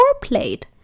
plate